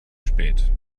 spät